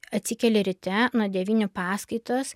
atsikeli ryte nuo devynių paskaitos